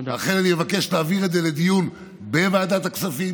לכן אני אבקש שתעביר את זה לדיון בוועדת הכספים,